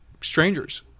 strangers